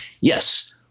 yes